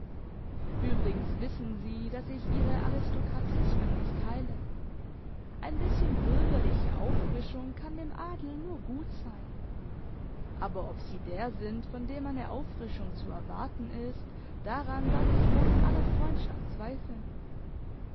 übrigens wissen sie dass ich ihre aristokratismen nicht teile ein bisschen bürgerliche auffrischung kann dem adel nur gut sein aber ob sie der sind von dem eine auffrischung zu erwarten ist daran darf ich wohl in aller freundschaft zweifeln